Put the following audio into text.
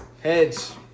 Heads